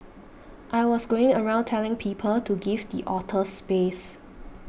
I was going around telling people to give the otters space